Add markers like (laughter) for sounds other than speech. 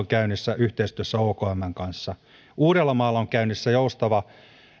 (unintelligible) käynnissä yhteistyössä okmn kanssa uudellamaalla on käynnissä joustava